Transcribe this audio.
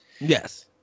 Yes